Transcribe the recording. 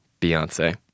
Beyonce